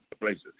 places